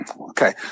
okay